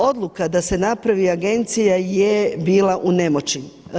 Odluka da se napravi Agencija je bila u nemoći.